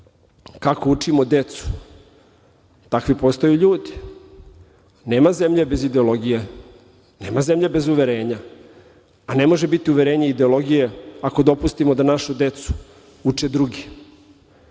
Kako učimo decu, takvi postaju ljudi. Nema zemlje bez ideologija, nema zemlje bez uverenja, a ne muže biti uverenje ideologije ako dopustimo da našu decu uče drugi.